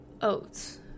oats